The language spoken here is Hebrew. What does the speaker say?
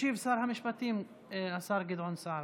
ישיב שר המשפטים, השר גדעון סער,